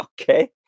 okay